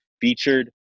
featured